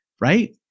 right